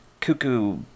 Cuckoo